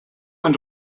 ens